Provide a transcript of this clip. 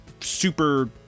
super